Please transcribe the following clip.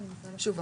שוב,